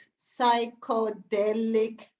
psychedelic